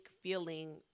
feeling